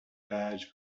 badge